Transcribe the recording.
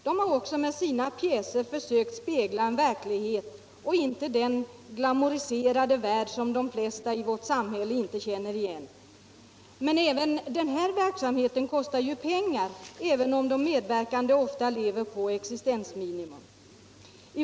De har också med sina pjäser sökt spegla en verklighet och inte en glamoriserad värld. Men även denna verksamhet kostar pengar, även om de medverkande ofta lever på existensminimum.